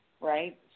right